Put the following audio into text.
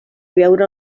beure